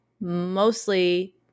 mostly